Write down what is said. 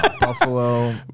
Buffalo